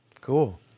Cool